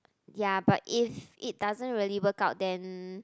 ya but if it doesn't really work out then